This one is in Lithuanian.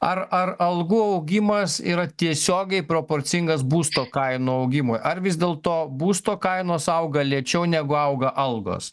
ar ar algų augimas yra tiesiogiai proporcingas būsto kainų augimui ar vis dėlto būsto kainos auga lėčiau negu auga algos